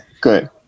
good